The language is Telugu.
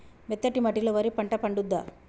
మెత్తటి మట్టిలో వరి పంట పండుద్దా?